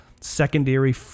secondary